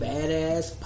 Badass